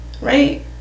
right